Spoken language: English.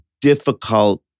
difficult